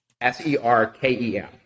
S-E-R-K-E-M